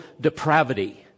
depravity